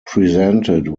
presented